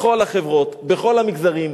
בכל החברות, בכל המגזרים,